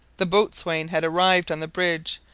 the boatswain had arrived on the bridge,